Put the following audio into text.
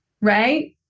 Right